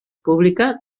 pública